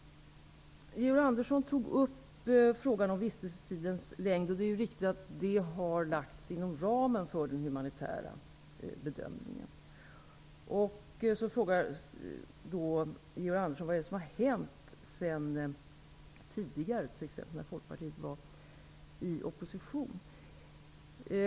Georg Andersson tog upp frågan om vistelsetidens längd. Det är riktigt att den har lagts inom ramen för den humanitära bedömningen. Georg Andersson frågar vad som har hänt sedan tidigare, t.ex. när Folkpartiet var i opposition.